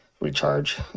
recharge